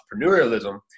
entrepreneurialism